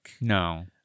No